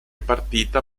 partita